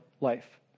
life